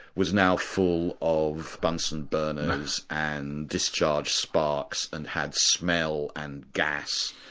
was now full of bunsen burners and discharge sparks and had smell and gas.